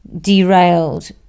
derailed